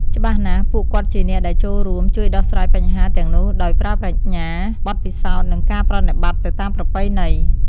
ច្បាស់ណាស់ ពួកគាត់ជាអ្នកដែលចូលរួម ជួយដោះស្រាយបញ្ហាទាំងនោះដោយប្រើប្រាជ្ញា បទពិសោធន៍ និងការប្រណិប័តន៍ទៅតាមប្រពៃណី។